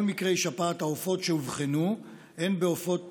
כל מקרי שפעת העופות שאובחנו, הן בעופות